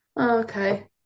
Okay